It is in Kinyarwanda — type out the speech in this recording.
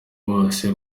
bose